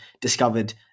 discovered